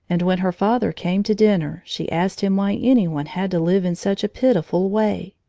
and when her father came to dinner she asked him why any one had to live in such a pitiful way.